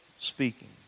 speaking